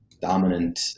dominant